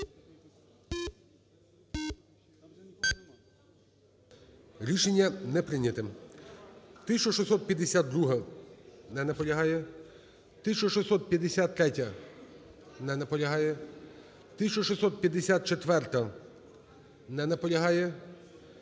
Рішення не прийняте. 1652-а. Не наполягає. 1653-я. Не наполягає. 1654-а. Не наполягає.